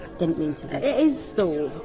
didn't mean to it is though,